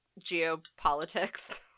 geopolitics